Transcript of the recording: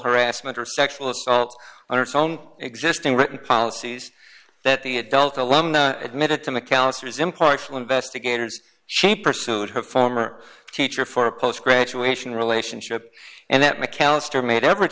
harassment or sexual assault on its own existing written policies that the adult alone admitted to mcalister's impartial investigators she pursued her former teacher for a post graduation relationship and that mcallister made ever